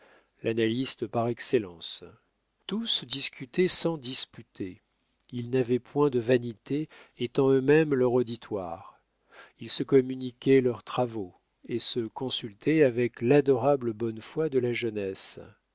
l'analyste par excellence tous discutaient sans disputer ils n'avaient point de vanité étant eux-mêmes leur auditoire ils se communiquaient leurs travaux et se consultaient avec l'adorable bonne foi de la jeunesse